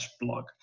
blog